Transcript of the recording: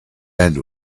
end